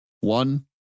one